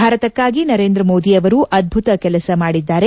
ಭಾರತಕ್ನಾಗಿ ನರೇಂದ ಮೋದಿ ಅವರು ಅದ್ಭುತ ಕೆಲಸ ಮಾಡಿದ್ದಾರೆ